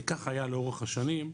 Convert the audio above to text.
כך היה לאורך השנים,